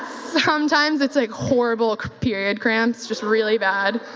sometimes it's like horrible period cramps, just really bad.